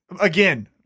Again